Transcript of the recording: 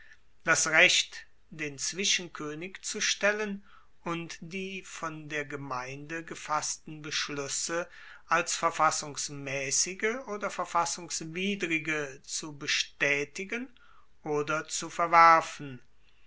das recht den zwischenkoenig zu stellen und die von der gemeinde gefassten beschluesse als verfassungsmaessige oder verfassungswidrige zu bestaetigen oder zu verwerfen